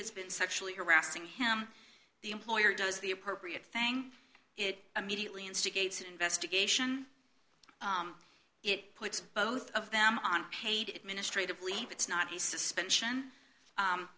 has been sexually harassing him the employer does the appropriate thing it immediately instigated investigation it puts both of them on paid administrative leave it's not a suspension